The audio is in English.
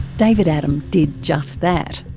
david adam did just that,